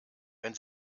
wenn